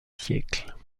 siècles